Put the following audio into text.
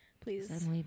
please